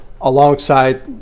alongside